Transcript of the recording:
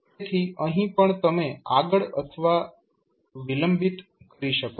તેથી અહીં પણ તમે આગળ અથવા વિલંબિત કરી શકો છો